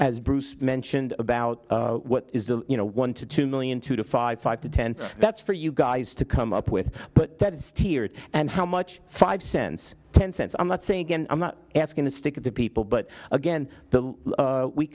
as bruce mentioned about what is the you know one to two million two to five five to ten that's for you guys to come up with but that is tiered and how much five cents ten cents i'm not saying i'm not asking to stick it to people but again the